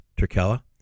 Turkella